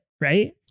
Right